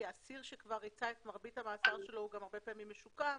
כי האסיר שכבר ריצה את מרבית המאסר שלו הרבה פעמים משוקם